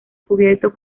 cubierto